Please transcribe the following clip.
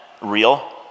real